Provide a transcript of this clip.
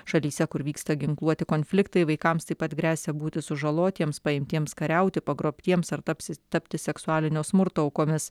šalyse kur vyksta ginkluoti konfliktai vaikams taip pat gresia būti sužalotiems paimtiems kariauti pagrobtiems ar tapsi tapti seksualinio smurto aukomis